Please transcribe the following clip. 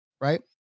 right